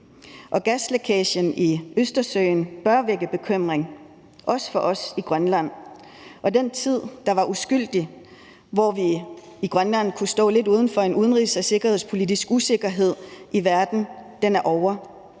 og gaslækagen i Østersøen er ting, der bør vække bekymring, også for os i Grønland. Og den tid, der var uskyldig, hvor vi i Grønland kunne stå lidt uden for en udenrigs- og sikkerhedspolitisk usikkerhed i verden, er ovre.